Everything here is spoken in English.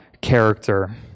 character